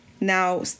now